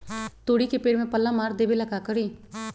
तोड़ी के पेड़ में पल्ला मार देबे ले का करी?